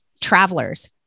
travelers